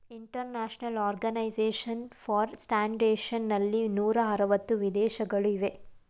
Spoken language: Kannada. ಇಂಟರ್ನ್ಯಾಷನಲ್ ಆರ್ಗನೈಸೇಶನ್ ಫಾರ್ ಸ್ಟ್ಯಾಂಡರ್ಡ್ಜೇಶನ್ ನಲ್ಲಿ ನೂರ ಅರವತ್ತು ವಿದೇಶಗಳು ಇವೆ